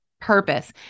Purpose